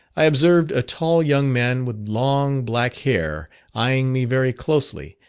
i observed a tall young man with long black hair eyeing me very closely,